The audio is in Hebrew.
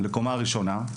לקומה הראשונה,